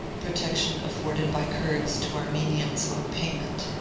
protection afforded by kurds to armenians on payment.